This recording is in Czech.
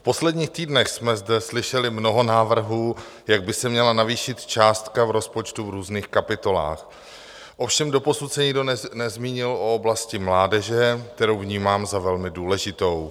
V posledních týdnech jsme zde slyšeli mnoho návrhů, jak by se měla navýšit částka v rozpočtu v různých kapitolách, ovšem doposud se nikdo nezmínil o oblasti mládeže, kterou vnímám za velmi důležitou.